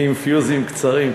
אני עם פיוזים קצרים,